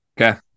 Okay